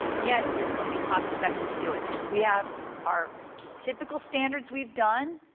yes, is it going to be cost effective to do it. we have our typical standards we've done,